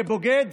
כבוגד,